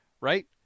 right